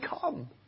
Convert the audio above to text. come